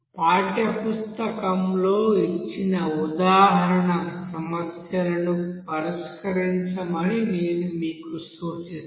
పాఠ్యపుస్తకంలో ఇచ్చిన ఉదాహరణ సమస్యలను పరిష్కరించమని నేను మీకు సూచిస్తాను